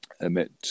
emit